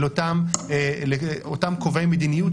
אל אותם קובעי מדיניות,